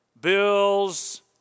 bills